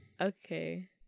Okay